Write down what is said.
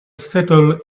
settle